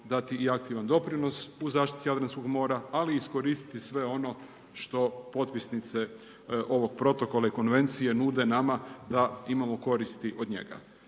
dati i aktivan doprinos u zaštiti Jadranskog mora ali i iskoristiti sve ono što potpisnice ovog protokola i konvencije nude nama da imamo koristi od njega.